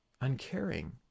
uncaring